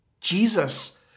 Jesus